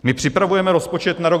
My připravujeme rozpočet na rok 2021.